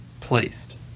Placed